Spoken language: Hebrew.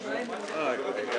13:57.